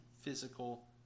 physical